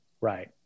Right